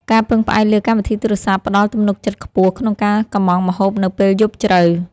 ការពឹងផ្អែកលើកម្មវិធីទូរសព្ទ ផ្ដល់ទំនុកចិត្តខ្ពស់ក្នុងការកុម្ម៉ង់ម្ហូបនៅពេលយប់ជ្រៅ។